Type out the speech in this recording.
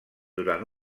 durant